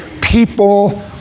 people